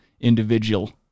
individual